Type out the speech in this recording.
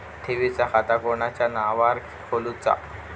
ठेवीचा खाता कोणाच्या नावार खोलूचा?